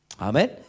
Amen